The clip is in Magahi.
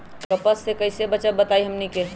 कपस से कईसे बचब बताई हमनी के?